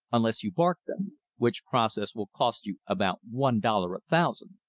unless you bark them which process will cost you about one dollar a thousand.